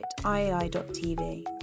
iai.tv